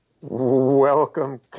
Welcome